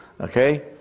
Okay